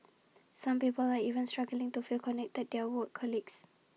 some people are even struggling to feel connected to their work colleagues